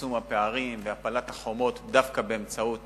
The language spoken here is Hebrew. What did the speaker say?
בצמצום הפערים ובהפלת החומות דווקא באמצעים